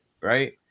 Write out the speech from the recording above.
right